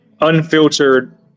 unfiltered